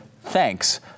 thanks